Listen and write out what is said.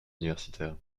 universitaire